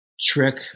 trick